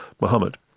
Muhammad